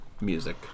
music